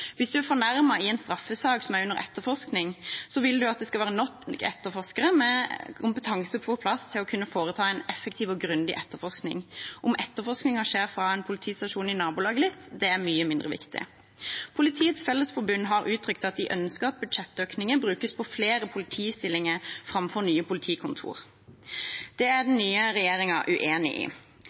Hvis man er fornærmet i en straffesak under etterforskning, vil man at det skal være nok etterforskere med kompetanse på plass til å kunne foreta en effektiv og grundig etterforskning. Om etterforskningen skjer fra en politistasjon i nabolaget, er mye mindre viktig. Politiets Fellesforbund har uttrykt at de ønsker at budsjettøkningen brukes på flere politistillinger framfor på nye politikontorer. Det er den nye regjeringen uenig i.